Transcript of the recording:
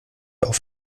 auf